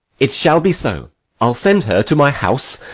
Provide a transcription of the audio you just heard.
it shall be so i'll send her to my house,